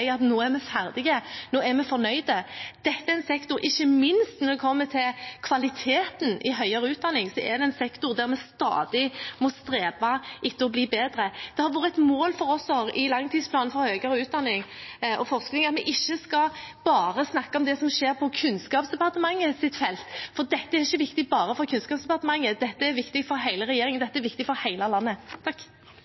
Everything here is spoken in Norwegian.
nå er vi ferdige, nå er vi fornøyd. Ikke minst når det gjelder kvaliteten i høyere utdanning, er dette en sektor der vi stadig må strebe etter å bli bedre. I langtidsplanen for forskning og høyere utdanning har det vært et mål for oss at vi ikke bare skal snakke om det som skjer på Kunnskapsdepartementets felt, for dette er ikke viktig bare for Kunnskapsdepartementet. Dette er viktig for hele regjeringen,